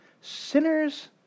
sinners